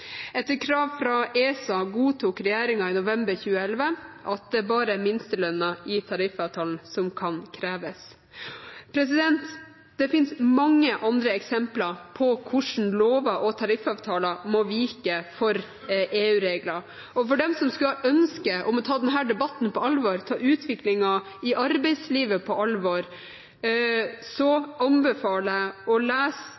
Etter krav fra ESA godtok regjeringen i november 2011 at det bare er minstelønnen i tariffavtalen som kan kreves. Det finnes mange andre eksempler på hvordan lover og tariffavtaler må vike for EU-regler. For dem som skulle ha et ønske om å ta denne debatten på alvor og ta utviklingen i arbeidslivet på alvor, anbefaler jeg å lese